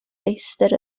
feistr